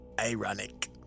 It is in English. Ironic